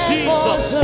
Jesus